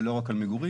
לא רק על מגורים.